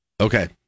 Okay